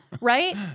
right